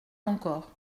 encore